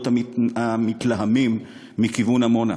תקשיבו לקולות המתלהמים מכיוון עמונה.